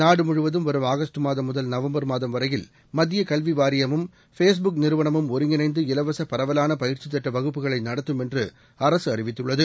நாடுமுழுவதும் வரும் ஆகஸ்டு மாதம் முதல் நவம்பர் மாதம் வரையில் மத்தியகல்விவாரியமும் ஃபேஸ் புக் நிறுவனமும் ஒருங்கிணைந்து இலவசபரவலானபயிற்சித் திட்டவகுப்புகளைநடத்தும் என்றுஅரசுஅறிவித்துள்ளது